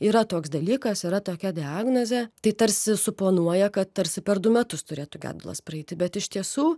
yra toks dalykas yra tokia diagnozė tai tarsi suponuoja kad tarsi per du metus turėtų gedulas praeiti bet iš tiesų